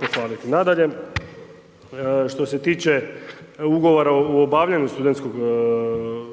pohvaliti. Nadalje, što se tiče ugovora o obavljanju studentskog